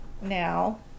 now